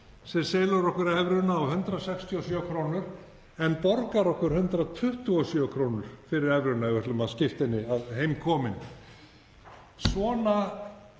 sem selur okkur evruna á 167 kr. en borgar okkur 127 kr. fyrir evruna ef við ætlum að skipta henni, heim komin. Svona